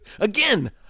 Again